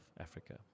Africa